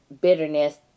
bitterness